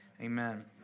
Amen